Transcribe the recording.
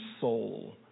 soul